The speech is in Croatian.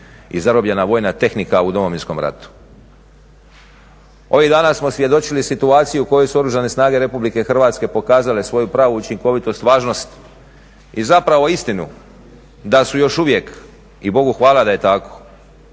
i zarobljena vojna tehnika u Domovinskom ratu. Ovih dana smo svjedočili situaciji u kojoj su Oružane snage Republike Hrvatske pokazale svoju pravu učinkovitost, važnost i zapravo istinu da su još uvijek i Bogu hvala da je tako